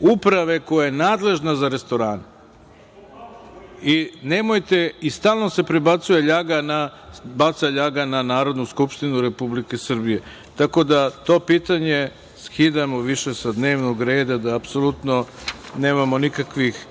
Uprave koja je nadležna za restorane. Nemojte, stalno se baca ljaga na Narodnu skupštinu Republike Srbije. Tako da, to pitanje skidamo više sa dnevnog reda, da apsolutno nemamo nikakvih